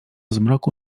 zmroku